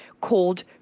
called